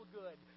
good